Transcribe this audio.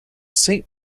saint